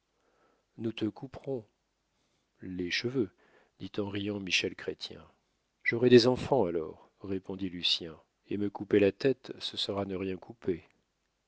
nous te couperons les cheveux dit en riant michel chrestien j'aurai des enfants alors répondit lucien et me couper la tête ce sera ne rien couper